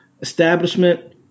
establishment